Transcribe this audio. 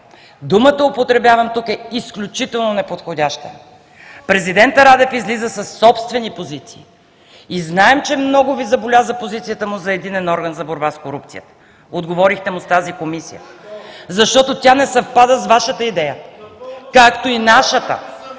Думата „употребявам“ тук е изключително неподходяща. Президентът Радев излиза със собствени позиции. И знаем, че много Ви заболя за позицията му за единен орган за борба с корупцията. Отговорихте му с тази комисия, защото тя не съвпада с Вашата идея (шум и реплики